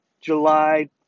July